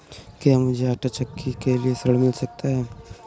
क्या मूझे आंटा चक्की के लिए ऋण मिल सकता है?